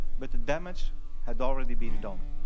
but the damage had already been done.